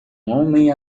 homem